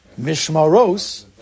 Mishmaros